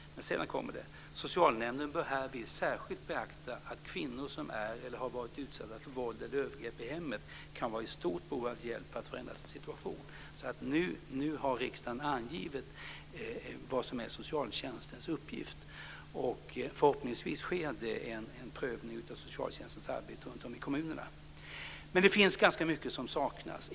Men sedan kommer det: "Socialnämnden bör härvid särskilt beakta att kvinnor som är eller har varit utsatta för våld eller andra övergrepp i hemmet kan vara i behov av stöd och hjälp för att förändra sin situation." Så har riksdagen angivit vad som är socialtjänstens uppgift. Förhoppningsvis sker en prövning av socialtjänstens arbete runtom i kommunerna. Fortfarande är det mycket som saknas.